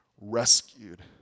rescued